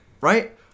Right